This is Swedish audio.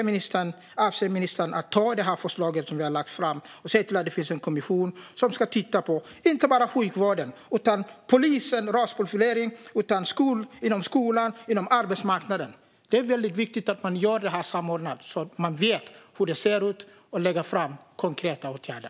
Avser ministern att ta det förslag som vi har lagt fram och se till att det finns en kommission som ska titta på inte bara sjukvården utan även polisen och rasprofilering inom skolan och på arbetsmarknaden? Det är väldigt viktigt att man gör detta samordnat, så att man vet hur det ser ut och lägger fram konkreta åtgärder.